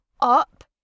up